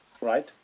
right